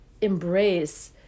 embrace